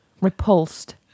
repulsed